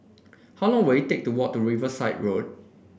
how long will it take to walk to Riverside Road